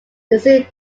resin